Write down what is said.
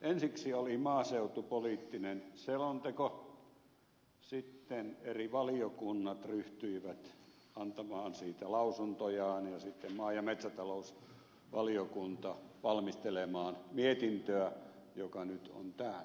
ensiksi oli maaseutupoliittinen selonteko sitten eri valiokunnat ryhtyivät antamaan siitä lausuntojaan ja sitten maa ja metsätalousvaliokunta valmistelemaan mietintöä joka nyt on täällä